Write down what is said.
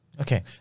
Okay